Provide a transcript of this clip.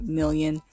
million